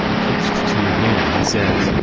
clxxxi again he says,